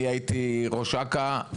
אני הייתי ראש אכ"א.